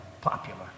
popular